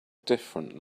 different